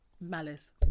malice